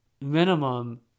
minimum